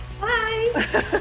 Bye